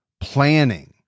planning